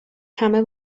همه